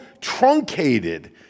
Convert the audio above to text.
truncated